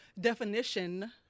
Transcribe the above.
Definition